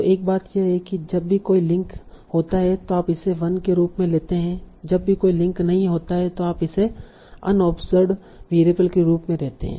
तो एक बात यह है कि जब भी कोई लिंक होता है तो आप इसे 1 के रूप में लेते हैं जब भी कोई लिंक नहीं होता है तो आप इसे एक अनओबसर्वड वेरिएबल के रूप में लेते हैं